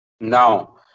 Now